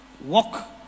Walk